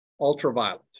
ultraviolet